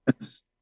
yes